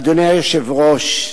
אדוני היושב-ראש,